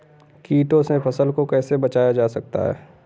कीटों से फसल को कैसे बचाया जा सकता है?